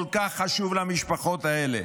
כל כך חשוב למשפחות האלה